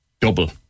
double